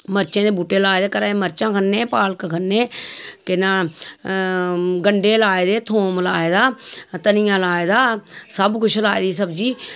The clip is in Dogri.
मर्चें दे बूह्टे लाए दे घरे दियां मर्चां खन्ने पालक खन्ने केह् नां गंडे लाए दे थोम लाए दा धनियां लाए दा सब कुछ लाई दी सब्जी